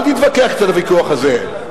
אל תתווכח את הוויכוח הזה,